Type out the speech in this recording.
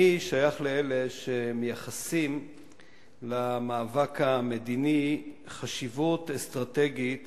אני שייך לאלה שמייחסים למאבק המדיני חשיבות אסטרטגית